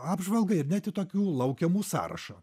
apžvalgą ir net į tokių laukiamų sąrašą